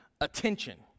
attention